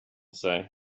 say